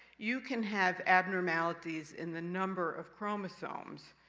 you can have abnormalities in the number of chromosomes.